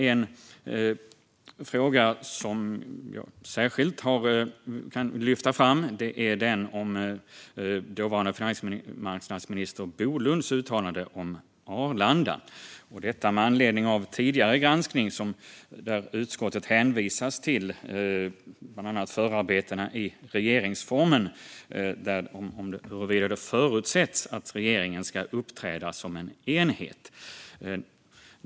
En fråga som jag särskilt kan lyfta fram är den om dåvarande finansmarknadsminister Bolunds uttalande om Arlanda, detta med anledning av en tidigare granskning där utskottet hänvisas till bland annat förarbetena i regeringsformen om huruvida det förutsätts att regeringen ska uppträda som en enhet.